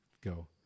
Go